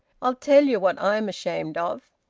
i'll tell you what i am ashamed of.